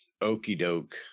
okey-doke